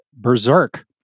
Berserk